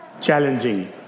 challenging